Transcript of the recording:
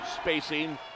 spacing